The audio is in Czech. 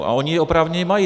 A oni je oprávněně mají.